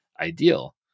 ideal